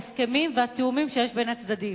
ההסכמים והתיאומים שיש בין הצדדים.